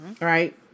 Right